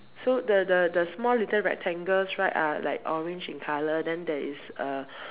so the the the small little rectangles right are like orange in color then there is a